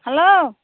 hello